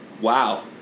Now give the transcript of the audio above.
wow –